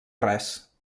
res